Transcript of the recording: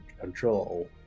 control